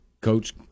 coach